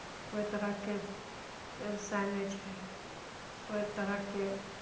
कोइ तरहके व्यवसाय नहि छै कोइ तरहके